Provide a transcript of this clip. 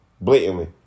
Blatantly